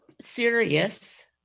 serious